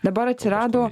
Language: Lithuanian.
dabar atsirado